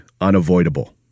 unavoidable